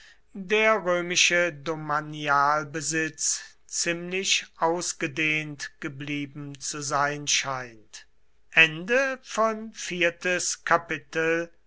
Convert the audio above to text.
der römische domanialbesitz ziemlich ausgedehnt geblieben zu sein scheint